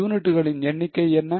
யூனிட்டுகளின் எண்ணிக்கை என்ன